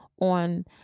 on